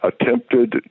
attempted